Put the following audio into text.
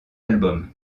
album